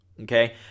okay